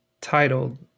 titled